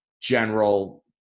general